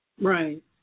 Right